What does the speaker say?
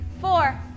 four